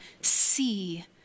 see